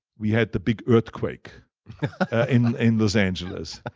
we had the big earthquake in in los angeles.